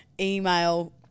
email